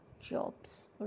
jobs